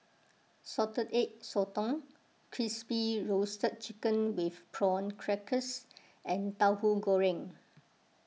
Salted Egg Sotong Crispy Roasted Chicken with Prawn Crackers and Tauhu Goreng